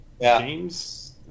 James